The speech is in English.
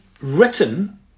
written